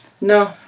No